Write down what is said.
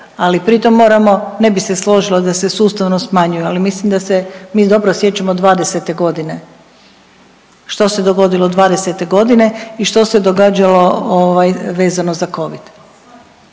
ali pritom moramo, ne bi se složila da se sustavno smanjuju, ali mislim da se mi dobro sjećamo '20. godine. Što se dogodilo '20. godine i što se događalo ovaj vezano za Covid.